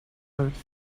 earth